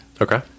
Okay